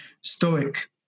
stoic